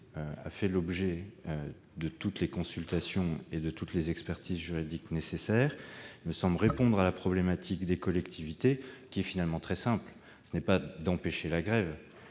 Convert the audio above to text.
a fait l'objet de toutes les consultations et de toutes les expertises juridiques nécessaires. Il me semble répondre à la problématique des collectivités territoriales, finalement très simple : il s'agit non pas d'empêcher la grève,